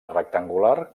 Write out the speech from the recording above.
rectangular